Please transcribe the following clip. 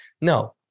no